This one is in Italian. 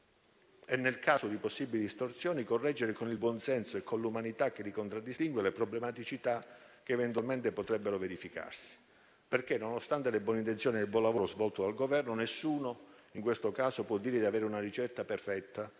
e, nel caso di possibili distorsioni, correggere con il buonsenso e l'umanità che li contraddistinguono le problematicità che potrebbero verificarsi. Nonostante le buone intenzioni e il buon lavoro svolto dal Governo, nessuno in questo caso può dire di avere una ricetta perfetta